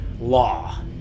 law